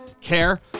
care